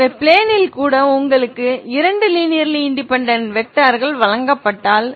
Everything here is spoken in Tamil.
எனவே பிலேன் ல் கூட உங்களுக்கு இரண்டு லினேர்லி இன்டெபேன்டென்ட் வெக்டார்கள் வழங்கப்பட்டால்